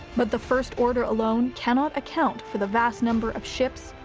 but the first order alone cannot account for the vast number of ships,